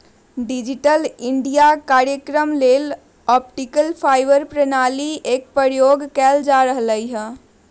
digital India काजक्रम लेल optical fibre प्रणाली एक प्रयोग कएल जा रहल हइ